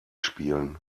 spielen